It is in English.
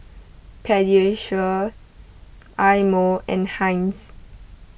Pediasure Eye Mo and Heinz